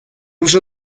вже